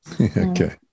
Okay